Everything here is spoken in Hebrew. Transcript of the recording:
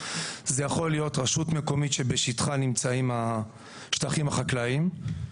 זה יכול להיות רשות מקומית שבשטחה נמצאים השטחים החקלאיים.